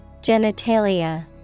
Genitalia